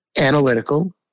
analytical